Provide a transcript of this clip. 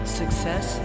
success